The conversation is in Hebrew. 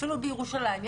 אפילו בירושלים,